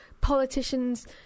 politicians